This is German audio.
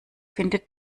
findet